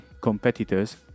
competitors